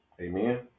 Amen